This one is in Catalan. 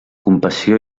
compassió